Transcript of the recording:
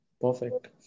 Perfect